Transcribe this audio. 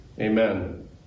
Amen